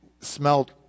smelled